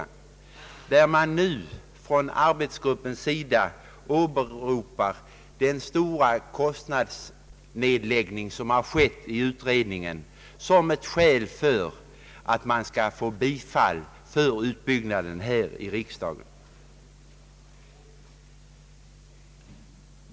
I den frågan åberopar arbetsgruppen just de stora kostnader som lagts ned på utredningen som ett skäl för att riksdagen bör lämna sitt bifall till utbyggnaden.